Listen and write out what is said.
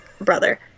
brother